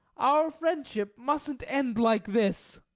our friendship mustn't end like this.